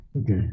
Okay